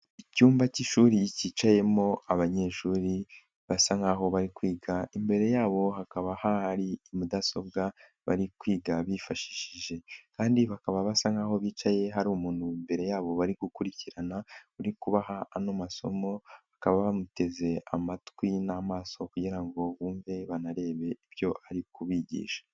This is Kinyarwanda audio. Icyumba k'ishuri kicayemo abanyeshuri basa nkaho bari kwiga, imbere yabo hakaba hari mudasobwa bari kwiga bifashishije kandi bakaba basa nkaho bicaye hari umuntu imbere yabo bari gukurikirana, uri kubaha ano masomo bakaba bamuteze amatwi n'amaso kugira ngo bumve banarebe ibyo ari kubigisha.